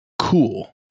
cool